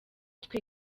twe